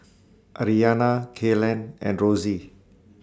Aryanna Kaylen and Rosey